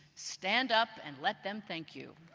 stand up and let them thank you.